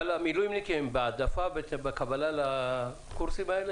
אבל המילואימניקים בהעדפה בקבלה לקורסים האלה?